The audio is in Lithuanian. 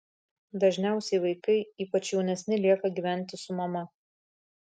dažniausiai vaikai ypač jaunesni lieka gyventi su mama